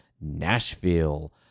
nashville